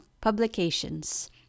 publications